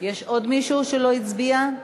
יש עוד מישהו שלא הצביע?